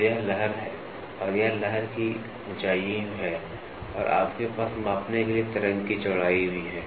तो यह लहर है और यह लहर की ऊंचाई है और आपके पास मापने के लिए तरंग की चौड़ाई भी है